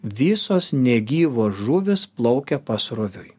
visos negyvos žuvys plaukia pasroviui